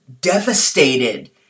devastated